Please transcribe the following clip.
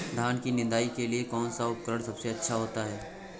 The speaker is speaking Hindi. धान की निदाई के लिए कौन सा उपकरण सबसे अच्छा होता है?